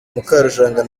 mukarujanga